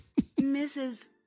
Mrs